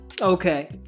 Okay